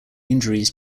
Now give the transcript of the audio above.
injuries